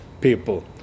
people